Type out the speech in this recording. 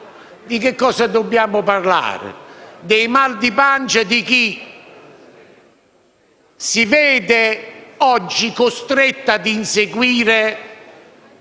Di cosa dobbiamo parlare? Dei mal di pancia di chi si vede oggi costretto a inseguire